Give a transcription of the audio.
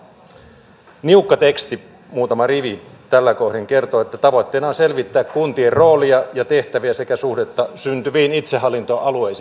niukka teksti muutama rivi täällä kohdin kertoo että tavoitteena on selvittää kuntien roolia ja tehtäviä sekä suhdetta syntyviin itsehallintoalueisiin